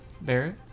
Barrett